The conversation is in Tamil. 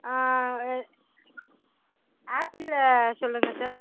ஆப்பிளில் செல்லுங்க சார்